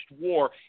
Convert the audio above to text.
war